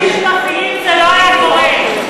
זה לא היה קורה,